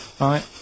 Right